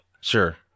Sure